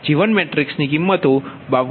તેથી J1 matrix ની કિમતો 52